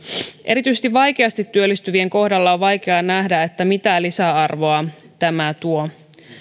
erityisesti vaikeasti työllistyvien kohdalla on vaikea nähdä mitä lisäarvoa tämä tuo